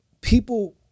people